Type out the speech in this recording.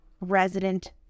resident